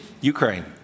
Ukraine